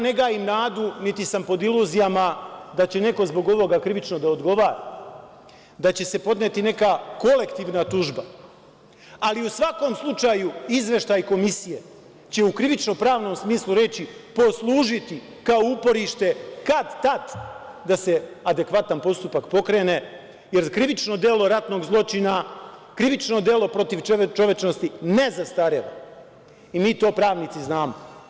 Ne gajim nadu, niti sam pod iluzijama, da će neko zbog ovoga krivično da odgovara, da će se podneti neka kolektivna tužba, ali u svakom slučaju izveštaj komisije će u krivično-pravnom smislu poslužiti kao uporište kad tad da se adekvatan postupak pokrene, jer krivično delo ratnog zločina, krivično delo protiv čovečnosti ne zastareva i mi to pravnici znamo.